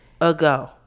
ago